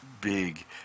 big